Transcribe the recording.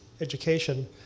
education